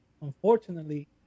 unfortunately